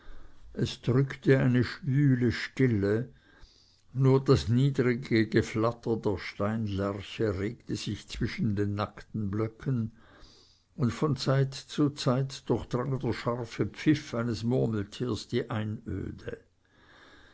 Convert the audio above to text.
es drückte eine schwüle stille nur das niedrige geflatter der steinlerche regte sich zwischen den nackten blöcken und von zeit zu zeit durchdrang der scharfe pfiff eines murmeltieres die einöde